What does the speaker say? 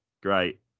great